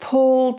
Paul